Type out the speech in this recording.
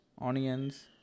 onions